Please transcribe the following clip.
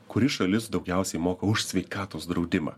kuri šalis daugiausiai moka už sveikatos draudimą